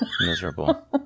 Miserable